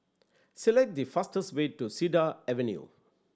select the fastest way to Cedar Avenue